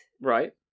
Right